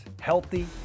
healthy